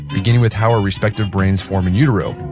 beginning with how our respective brains form in utero.